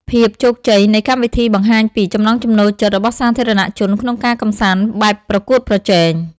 ភាពជោគជ័យនៃកម្មវិធីបង្ហាញពី ចំណង់ចំណូលចិត្ត របស់សាធារណជនក្នុងការកម្សាន្តបែបប្រកួតប្រជែង។